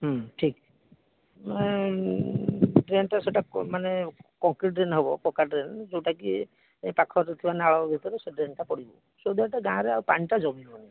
ଉଁ ଠିକ୍ ଡ୍ରେନଟା ସେଇଟା ମାନେ କଂକ୍ରିଟ ଡ୍ରେନ ହେବ ପକ୍କା ଡ୍ରେନ ଯେଉଁଟାକି ଏଇ ପାଖରେ ଥିବା ନାଳ ଭିତରେ ସେ ଡ୍ରେନଟା ପଡ଼ିବ ସୋ ଦ୍ୟାଟ ଗାଁରେ ଆଉ ପାଣିଟା ଜମିବନି